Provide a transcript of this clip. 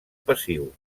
passiu